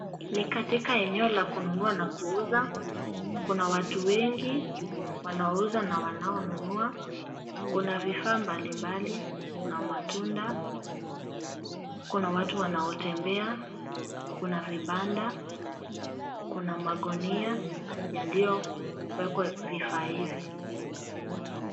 Ni katika eneo la kununua na kuuza. Kuna watu wengi wanauza na wanao nunua. Kuna vifaa mbali mbali kuna matunda kuna watu wanaotembea kuna vibandabkuna magunia yalioekwa vifaa hivi.